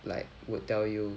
like would tell you